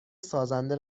سازنده